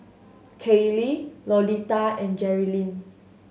Kaylie Lolita and Jerilyn